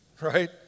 right